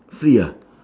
free ah